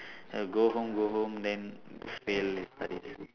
go home go home then fail his studies